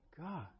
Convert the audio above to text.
God